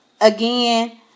again